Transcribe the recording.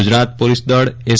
Gujarat police દળ S